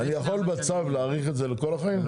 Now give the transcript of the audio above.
אני יכול בצו להאריך את זה לכל החיים?